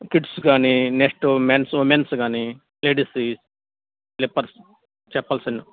kids కానీ next men's women's కానీ లేడీస్వి స్లిప్పర్స్ చెప్పల్స్ అయినా